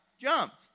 jumped